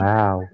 Wow